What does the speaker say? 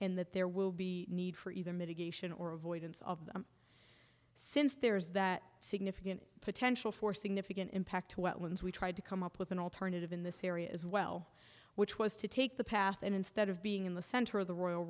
in that there will be need for either mitigation or avoidance of them since there is that significant potential for significant impact to what ones we tried to come up with an alternative in this area as well which was to take the path and instead of being in the center of the royal